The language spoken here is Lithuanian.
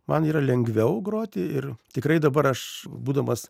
man yra lengviau groti ir tikrai dabar aš būdamas